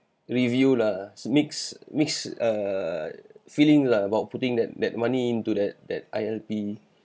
review lah mix mix err feeling lah about putting that that money into that that I_L_P